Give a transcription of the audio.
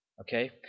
Okay